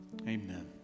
Amen